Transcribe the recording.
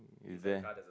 is there